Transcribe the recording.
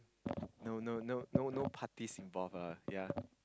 no no no no no parties involved ah ya